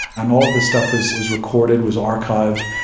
and all of this stuff was was recorded, was archived,